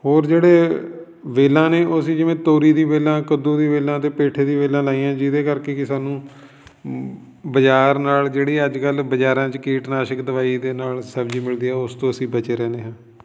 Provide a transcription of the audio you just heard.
ਹੋਰ ਜਿਹੜੇ ਵੇਲਾਂ ਨੇ ਉਹ ਅਸੀਂ ਜਿਵੇਂ ਤੋਰੀ ਦੀ ਵੇਲਾਂ ਕੱਦੂ ਦੀ ਵੇਲਾਂ ਅਤੇ ਪੇਠੇ ਦੀ ਵੇਲਾਂ ਲਾਈਆਂ ਜਿਹਦੇ ਕਰਕੇ ਕਿ ਸਾਨੂੰ ਬਜ਼ਾਰ ਨਾਲ ਜਿਹੜੇ ਅੱਜ ਕੱਲ੍ਹ ਬਜ਼ਾਰਾਂ 'ਚ ਕੀਟਨਾਸ਼ਕ ਦਵਾਈ ਦੇ ਨਾਲ ਸਬਜ਼ੀ ਮਿਲਦੀ ਆ ਉਸ ਤੋਂ ਅਸੀਂ ਬਚੇ ਰਹਿੰਦੇ ਹਾਂ